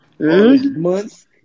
Months